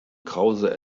krause